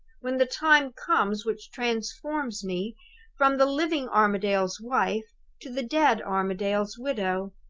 when the time comes which transforms me from the living armadale's wife to the dead armadale's widow?